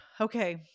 Okay